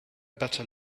better